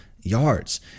yards